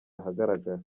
ahagaragara